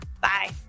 bye